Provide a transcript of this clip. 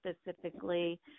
specifically